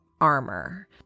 armor